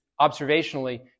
observationally